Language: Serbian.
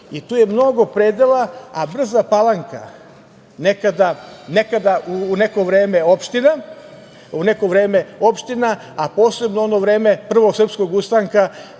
i tu je mnogo predela, a Brza Palanka, nekada u neko vreme opština, a posebno ono vreme Prvog srpskog ustanka